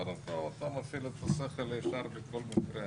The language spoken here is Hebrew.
קודם כל אתה מפעיל את השכל הישר בכל מקרה.